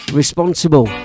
responsible